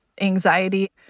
anxiety